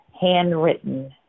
handwritten